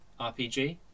RPG